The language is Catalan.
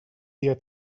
dia